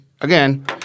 again